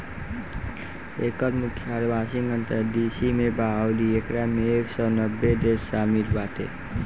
एकर मुख्यालय Washington DC में बा अउरी एकरा में एक सौ नब्बे देश शामिल बाटे